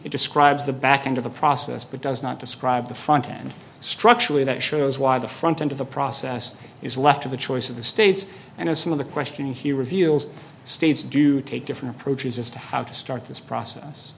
it describes the back end of the process but does not describe the front end structurally that shows why the front end of the process is left to the choice of the states and some of the question he reveals states do take different approaches as to how to start this process